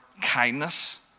kindness